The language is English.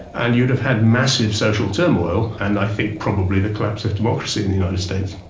and you'd have had massive social turmoil and i think probably the collapse of democracy in the united states.